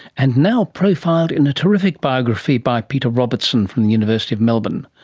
and now profiled in a terrific biography by peter robertson from the university of melbourne.